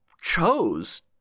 chose